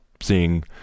seeing